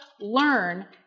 learn